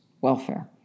welfare